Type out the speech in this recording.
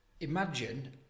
Imagine